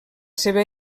seva